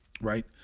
Right